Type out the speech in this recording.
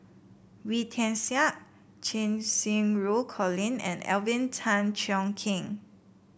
Wee Tian Siak Cheng Xinru Colin and Alvin Tan Cheong Kheng